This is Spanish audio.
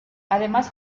además